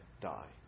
die